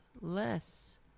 less